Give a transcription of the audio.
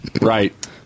right